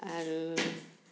আৰু